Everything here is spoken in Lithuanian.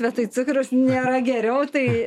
vietoj cukraus nėra geriau tai